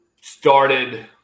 started